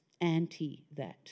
anti-that